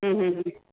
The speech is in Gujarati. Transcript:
હં હં હં